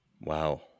wow